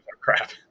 crap